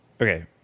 okay